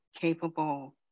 capable